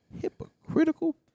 hypocritical